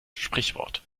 sprichwort